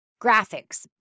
graphics